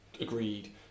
agreed